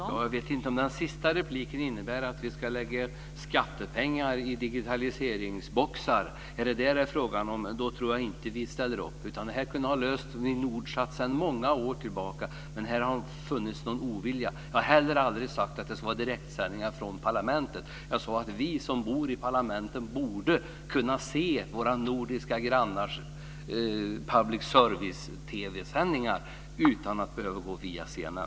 Fru talman! Jag vet inte om den sista repliken innebär att vi ska lägga skattepengar i digitalboxar. Om det är vad det är fråga om ställer vi inte upp på det. Det här kunde ha lösts med Nordsat sedan många år tillbaka, men här har funnits en ovilja. Jag har aldrig sagt att det ska vara direktsändningar från parlamenten. Jag sade att vi som är i parlamenten borde kunna se våra nordiska grannars public service-sändningar i TV utan att behöva gå via CNN.